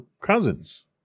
cousins